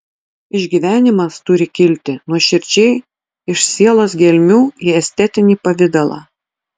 išgyvenimas turi kilti nuoširdžiai iš sielos gelmių į estetinį pavidalą